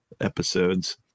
episodes